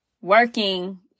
working